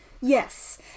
Yes